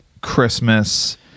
Christmas